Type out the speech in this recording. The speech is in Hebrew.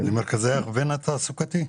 למרכזי הכוון תעסוקתי?